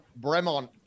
Bremont